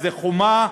זה חומה,